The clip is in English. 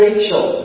Rachel